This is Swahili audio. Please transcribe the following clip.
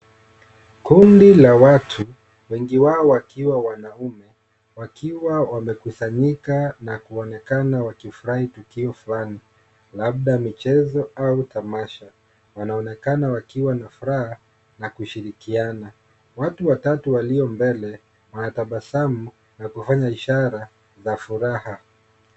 Kundi la watu, wengi wao wakiwa wanaume, wakiwa wamekusanyika na kuonekana wakifurai tukio fulani labda michezo au tamasha. Wanaonekana wakiwa na furaha na kushirikiana. Watu watatu walio mbele, wanatabasamu na kufanya ishara za furaha.